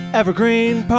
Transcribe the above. evergreen